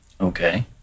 Okay